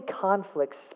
conflicts